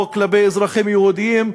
או כלפי האזרחים היהודים,